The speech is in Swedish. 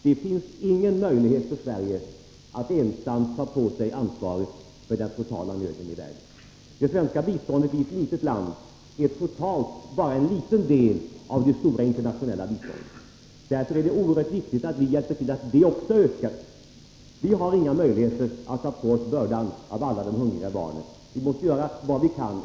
Det finns emellertid inga möjligheter för Sverige att ensamt ta på sig ansvaret för den totala nöden i världen. Sverige är ett litet land, och vårt bistånd är totalt sett bara en liten del av det stora internationella biståndet. Därför är det oerhört viktigt att vi hjälper till så att detta också ökar. Vi har inga möjligheter att ta på oss bördan av alla de hungriga barnen. Vi måste emellertid göra vad vi kan.